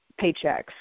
paychecks